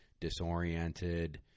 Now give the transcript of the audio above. disoriented